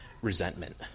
Resentment